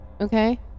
okay